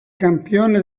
campione